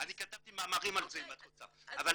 אני כתבתי מאמרים על זה אם את רוצה, אז